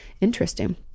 Interesting